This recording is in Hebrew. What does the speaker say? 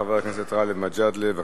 חבר הכנסת גאלב מג'אדלה, בבקשה.